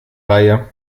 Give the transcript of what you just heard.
reihe